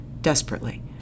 desperately